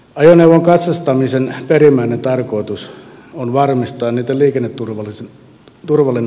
ajoneuvon katsastamisen perimmäinen tarkoitus on varmistaa sen liikenneturvallinen kunto